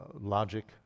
logic